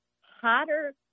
hotter